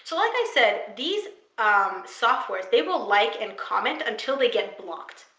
so like i said, these softwares, they will like and comment until they get blocked,